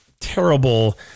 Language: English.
terrible